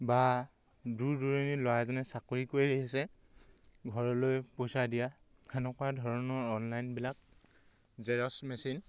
বা দূৰ দূৰণি ল'ৰা এজনে চাকৰি কৰি আহিছে ঘৰলৈ পইচা দিয়া সেনেকুৱা ধৰণৰ অনলাইনবিলাক জেৰক্স মেচিন